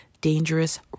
dangerous